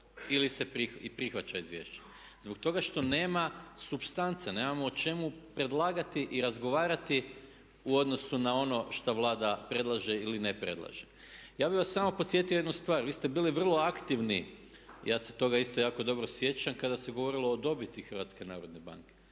ili se prihvaća izvješće? Zbog toga što nema supstance, nemamo o čemu predlagati i razgovarati u odnosu na ono što Vlada predlaže ili ne predlaže. Ja bih vas samo podsjetio jednu stvar, vi ste bili vrlo aktivni i ja se toga isto jako dobro sjećam kada se govorilo o dobiti HNB-a. Pa mijenjajte